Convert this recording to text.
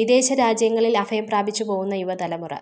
വിദേശരാജ്യങ്ങളിൽ അഭയം പ്രാപിച്ചു പോകുന്ന യുവതലമുറ